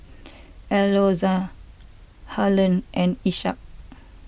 Alonza Harlen and Isaak